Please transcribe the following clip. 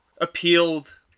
appealed